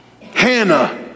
Hannah